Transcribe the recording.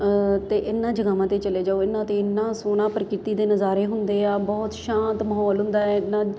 ਅਤੇ ਇਹਨਾਂ ਜਗ੍ਹਾਵਾਂ 'ਤੇ ਚਲੇ ਜਾਓ ਇਹਨਾਂ 'ਤੇ ਇੰਨਾ ਸੋਹਣਾ ਪ੍ਰਕਿਰਤੀ ਦੇ ਨਜ਼ਾਰੇ ਹੁੰਦੇ ਆ ਬਹੁਤ ਸ਼ਾਂਤ ਮਾਹੌਲ ਹੁੰਦਾ ਇੰਨਾ